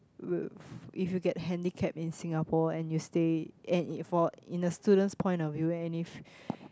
if you get handicap in Singapore and you stay and it for in the students' point of view and if